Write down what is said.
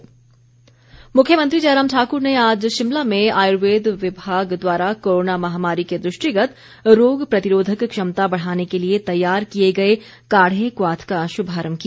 मुख्यमंत्री मुख्यमंत्री जयराम ठाकुर ने आज शिमला में आयुर्वेद विभाग द्वारा कोरोना महामारी के दृष्टिगत रोग प्रतिरोधक क्षमता बढ़ाने के लिए तैयार किए गए क्वाथ काढ़े का शुभारम्भ किया